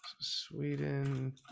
Sweden